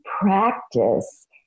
practice